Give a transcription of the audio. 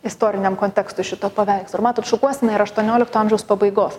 istoriniam kontekstui šito paveikslo ir matot šukuosena yra aštuoniolikto amžiaus pabaigos